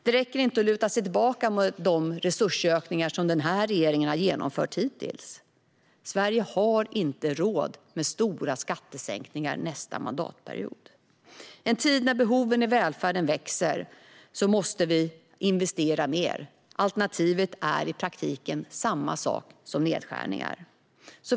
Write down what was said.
Det räcker inte med att luta sig tillbaka mot de resursökningar som den här regeringen har genomfört hittills. Sverige har inte råd med stora skattesänkningar nästa mandatperiod. I en tid då behoven i välfärden växer måste vi investera mer. Alternativen är i praktiken samma sak som nedskärningar.